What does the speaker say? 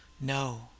No